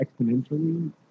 exponentially